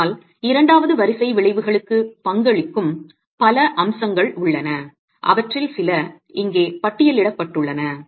ஆனால் இரண்டாவது வரிசை விளைவுகளுக்கு பங்களிக்கும் பல அம்சங்கள் உள்ளன அவற்றில் சில இங்கே பட்டியலிடப்பட்டுள்ளன